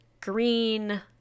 green